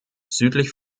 südlich